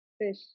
fish